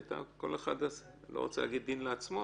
אני לא רוצה להגיד שעשה דין לעצמו,